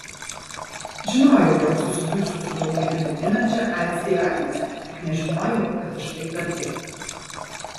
žinojau jog susidursiu su daugelį bauginančia aids diagnoze tik nežinojau kad iš taip arti